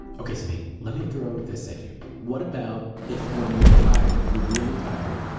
okay samin, let me throw this at you. what about, if when you're tired, you're really tired,